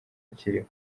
akiriho